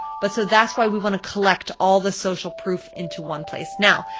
but so that's why we want to collect all the social proof into one place. now,